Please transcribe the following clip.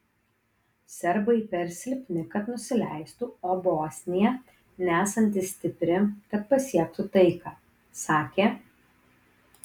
serbai per silpni kad nusileistų o bosnija nesanti stipri kad pasiektų taiką sakė